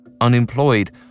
Unemployed